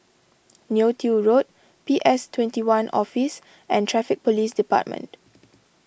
Neo Tiew Road P S twenty one Office and Traffic Police Department